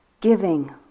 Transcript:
giving